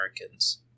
Americans